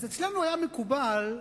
אצלנו היה מקובל,